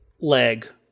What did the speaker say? leg